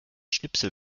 schnipsel